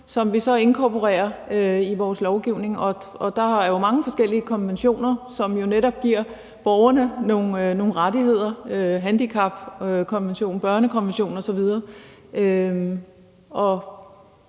som vi så inkorporerer i vores lovgivning. Og der er jo mange forskellige konventioner, som netop giver borgerne nogle rettigheder, altså handicapkonventionen, børnekonventionen osv.